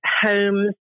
homes